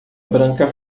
branca